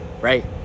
Right